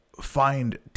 find